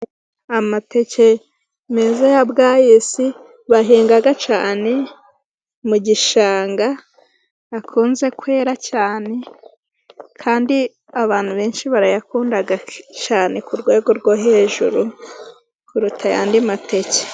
Amateke meza ya bwayisi bahinga cyane mu gishanga, akunze kwera cyane kandi abantu benshi barayakunda cyane ku rwego rwo hejuru kuruta ayandi mateke.